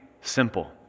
simple